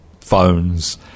phones